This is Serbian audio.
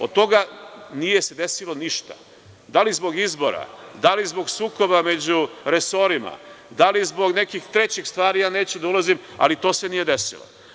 Od toga se nije desilo ništa, da li zbog izbora, da li zbog sukoba među resorima, da li zbog nekih trećih stvari, neću da ulazim u to, ali to se nije desilo.